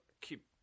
keep